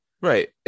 Right